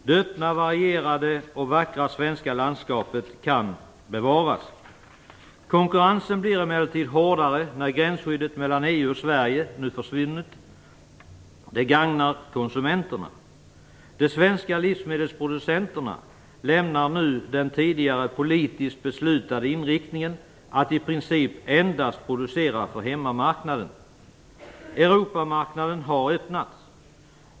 Det öppna, varierade och vackra svenska landskapet kan bevaras. Konkurrensen blir emellertid hårdare när gränsskyddet mellan EU och Sverige nu försvinner. Det gagnar konsumenterna. De svenska livsmedelsproducenterna lämnar nu den tidigare politiskt beslutade inriktningen att i princip endast producera för hemmamarknaden. Europamarknaden har öppnats.